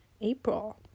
april